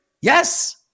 Yes